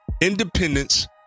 Independence